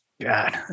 God